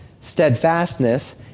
steadfastness